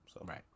Right